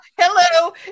Hello